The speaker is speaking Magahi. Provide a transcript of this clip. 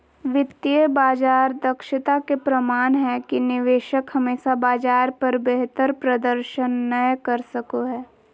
वित्तीय बाजार दक्षता के प्रमाण हय कि निवेशक हमेशा बाजार पर बेहतर प्रदर्शन नय कर सको हय